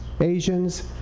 Asians